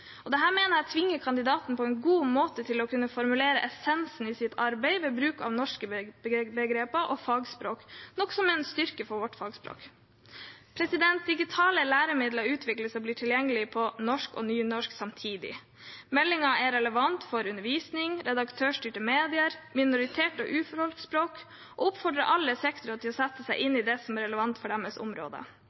mener jeg på en god måte tvinger kandidaten til å kunne formulere essensen i sitt arbeid ved bruk av norske begreper og fagspråk, noe som er en styrke for vårt fagspråk. Digitale læremidler utvikles og blir tilgjengelig på norsk og nynorsk samtidig. Meldingen er relevant for undervisning, redaktørstyrte medier og minoritets- og urfolksspråk og oppfordrer alle sektorer til å sette seg inn i det som er relevant for deres områder.